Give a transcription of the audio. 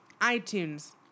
iTunes